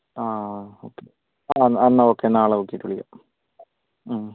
ആ ആ ഓക്കെ ആ എന്നാൽ ഓക്കെ നാളെ നോക്കിയിട്ട് വിളിക്കാം മ്